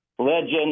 legend